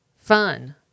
Fun